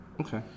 Okay